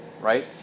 Right